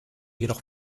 jedoch